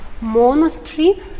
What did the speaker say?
monastery